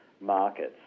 markets